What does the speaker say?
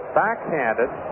backhanded